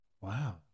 Wow